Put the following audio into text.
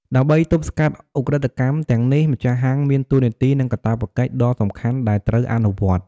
ដើម្បី ទប់ស្កាត់ឧក្រិដ្ឋកម្ម ទាំងនេះ ម្ចាស់ហាង មាន តួនាទី និង កាតព្វកិច្ច ដ៏សំខាន់ដែលត្រូវ អនុវត្ត។